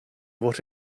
what